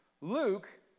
Luke